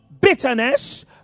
bitterness